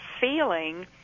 feeling